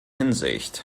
hinsicht